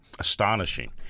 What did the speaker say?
Astonishing